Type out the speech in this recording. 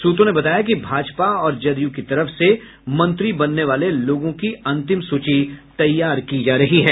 सूत्रों ने बताया कि भाजपा और जदयू की तरफ से मंत्री बनने वाले लोगों की अंतिम सूची तैयार की जा रही है